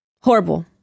Horrible